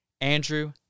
Andrew